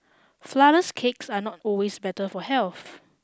flourless cakes are not always better for health